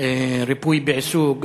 ריפוי בעיסוק,